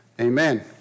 Amen